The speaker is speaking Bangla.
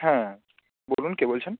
হ্যাঁ বলুন কে বলছেন